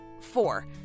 Four